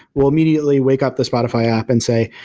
will immediately wake up the spotify app and say,